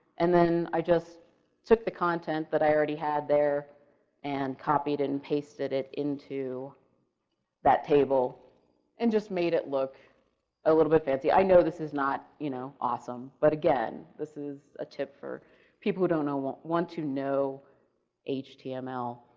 and then, i just took the content that i already had there and copied and pasted it into that table and just made it look a little bit fancy, i know this is not you know awesome, but again, this is a tip for people who don't know, want want to know yeah html.